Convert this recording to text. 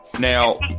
Now